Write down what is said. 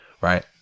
Right